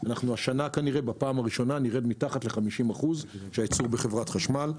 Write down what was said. השנה בפעם הראשונה נרד מתחת ל-50% של הייצור בחברת החשמל.